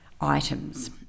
items